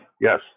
yes